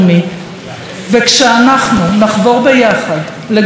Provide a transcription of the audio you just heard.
וכשאנחנו נחבור ביחד לגוש אחד גדול,